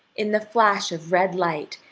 in the flash of red light,